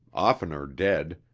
oftener dead,